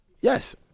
Yes